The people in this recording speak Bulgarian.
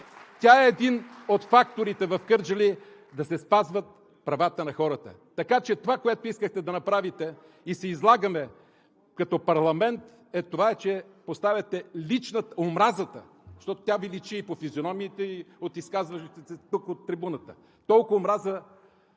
тя е един от факторите в Кърджали да се спазват правата на хората. Така че това, което искахте да направите, и се излагаме, като парламент, е това, че поставяте омразата, защото тя Ви личи и по физиономиите, и от изказващите се тук от трибуната. Толкова омраза